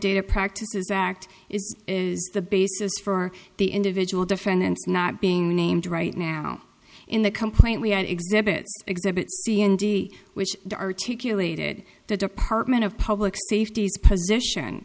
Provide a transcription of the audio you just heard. data practices act is the basis for the individual defendant not being named right now in the complaint we had exhibit exhibit c n d which articulated the department of public safety position